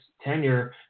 tenure